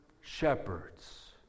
shepherds